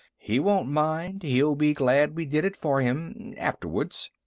he won't mind. he'll be glad we did it for him afterwards.